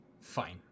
Fine